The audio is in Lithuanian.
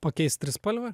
pakeist trispalvę